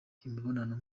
imibonano